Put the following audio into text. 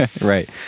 right